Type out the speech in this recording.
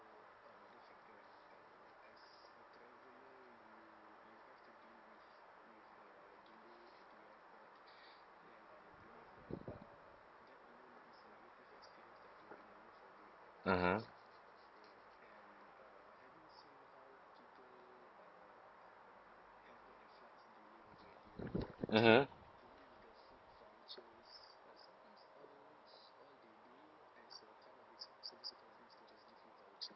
mmhmm mmhmm